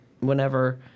whenever